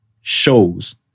shows